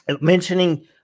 Mentioning